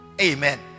Amen